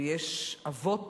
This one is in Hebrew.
ויש אבות